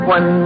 One